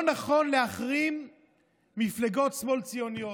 לא נכון להחרים מפלגות שמאל ציוניות".